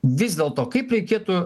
vis dėlto kaip reikėtų